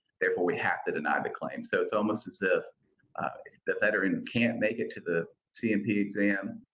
therefore we have to deny the claim. so it's almost as if the veteran and can't make it to the c and p exam,